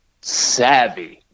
savvy